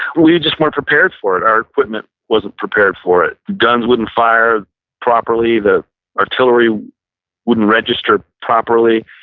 we just weren't prepared for it. our equipment wasn't prepared for it. guns wouldn't fire properly. the artillery wouldn't register properly.